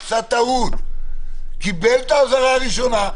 הוא קיבל את האזהרה הראשונה,